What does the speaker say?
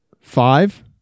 Five